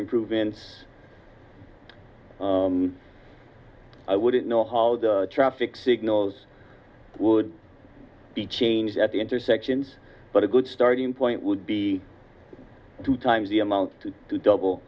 improvements i wouldn't know how the traffic signals would be changed at the intersections but a good starting point would be two times the amount to double